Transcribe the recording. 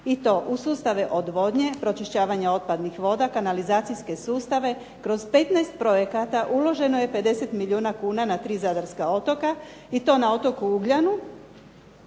I to u sustave odvodnje, pročišćavanja otpadnih voda, kanalizacijske sustave. Kroz 15 projekata uloženo je 50 milijuna kuna na tri zadarska otoka. I to na otoku Ugljanu